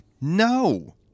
No